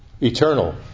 eternal